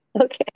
Okay